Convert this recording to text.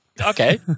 Okay